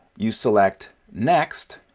you select next